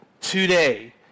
today